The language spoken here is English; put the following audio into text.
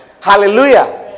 Hallelujah